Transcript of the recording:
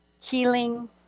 healing